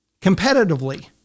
competitively